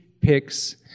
picks